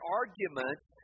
arguments